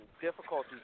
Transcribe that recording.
difficulties